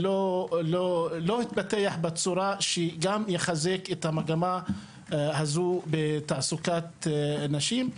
לא התפתח בצורה שגם יחזק את המגמה הזו בתעסוקת נשים.